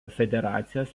federacijos